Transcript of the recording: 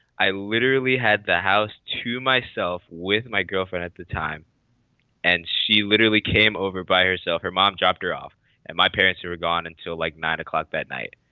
i literally had the house to myself with my girlfriend at the time and she literally came over by herself. her mom dropped her off and my parents are gone until like nine o'clock that night.